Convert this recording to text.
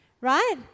right